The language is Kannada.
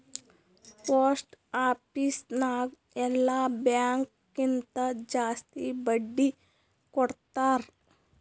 ಪೋಸ್ಟ್ ಆಫೀಸ್ ನಾಗ್ ಎಲ್ಲಾ ಬ್ಯಾಂಕ್ ಕಿಂತಾ ಜಾಸ್ತಿ ಬಡ್ಡಿ ಕೊಡ್ತಾರ್